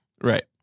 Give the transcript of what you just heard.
Right